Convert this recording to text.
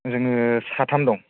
जोङो साथाम दं